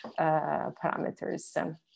parameters